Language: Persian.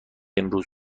امروز